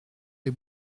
les